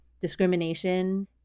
discrimination